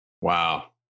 Wow